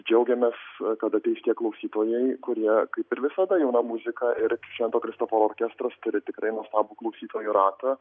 džiaugiamės kad ateis šitie klausytojai kurie kaip ir visada jauna muzika ir šventojo kristoforo orkestras turi tikrai nuostabų klausytojų ratą